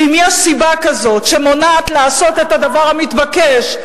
ואם יש סיבה כזאת שמונעת לעשות את הדבר המתבקש,